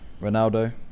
Ronaldo